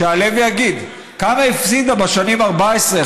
שיעלה ויגיד: כמה הפסידה בשנים 2014,